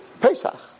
Pesach